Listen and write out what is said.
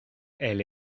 elle